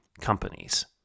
companies